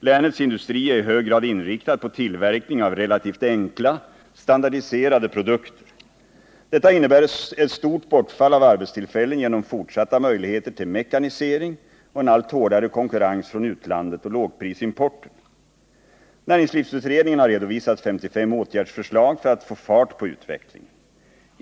Länets industri är i hög grad inriktad på tillverkning av relativt enkla, standardiserade produkter. Detta innebär ett stort bortfall av arbetstillfällen genom fortsatta möjligheter till mekanisering och en allt hårdare konkurrens från utlandet och lågprisimporten. Näringslivsutredningen har redovisat 55 åtgärdsförslag för att få fart på utvecklingen.